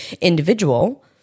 individual